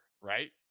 right